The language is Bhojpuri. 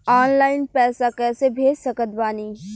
ऑनलाइन पैसा कैसे भेज सकत बानी?